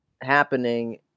happening